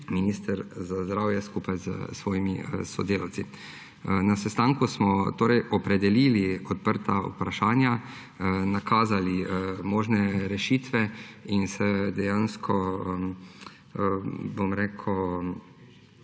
minister za zdravje skupaj s svojimi sodelavci. Na sestanku smo torej opredelili odprta vprašanja, nakazali možne rešitve in se dejansko tudi